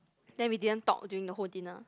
then we didn't talk during the whole dinner